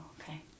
okay